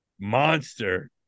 monster